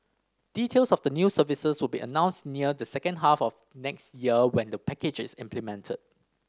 details of the new services will be announced near the second half of next year when the package is implemented